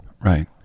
Right